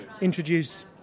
introduce